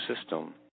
system